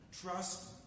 trust